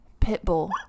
pitbull